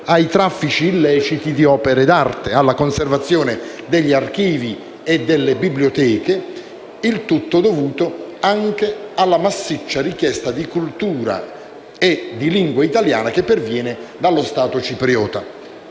ai traffici illeciti di opere d'arte, alla conservazione degli archivi e delle biblioteche, il tutto dovuto anche alla massiccia richiesta di cultura e di lingua italiana che perviene dallo Stato cipriota.